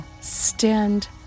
stand